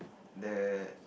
the